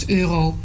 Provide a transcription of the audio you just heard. euro